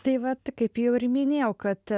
tai va tai kaip jau ir minėjau kad